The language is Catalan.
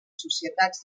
societats